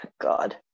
God